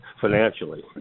financially